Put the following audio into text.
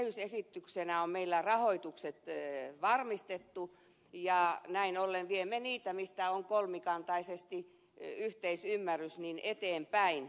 kehysesityksenä on meillä rahoitukset varmistettu ja näin ollen viemme eteenpäin niitä mistä on kolmikantaisesti yhteisymmärrys